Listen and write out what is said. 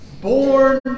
born